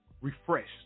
refreshed